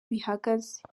bihagaze